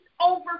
over